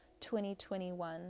2021